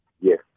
Yes